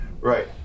Right